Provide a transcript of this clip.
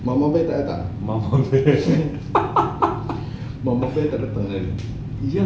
mama bear tak datang mama bear tak datang niari